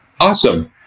Awesome